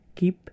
keep